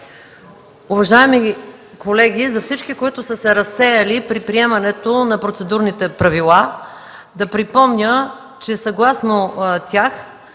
Уважаеми колеги, за всички, които са се разсеяли при приемането на процедурните правила, да припомня, че съгласно тях